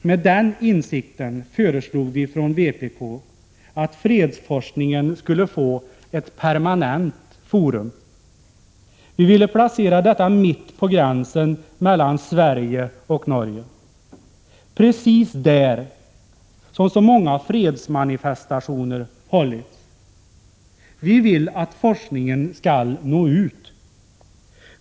Med den insikten föreslog vi från vpk att fredsforskningen skulle få ett permanent forum. Vi ville placera detta mitt på gränsen mellan Sverige och Norge, precis där så många fredsmanifestationer hållits. Vi vill att forskningen skall nå ut.